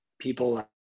People